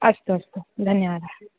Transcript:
अस्तु अस्तु धन्यवादः